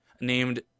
Named